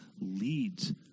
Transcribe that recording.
leads